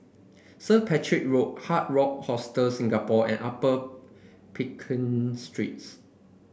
St Patrick Road Hard Rock Hostel Singapore and Upper Streets